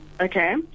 okay